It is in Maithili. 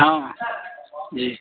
हँ जी